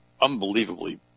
unbelievably